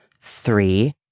Three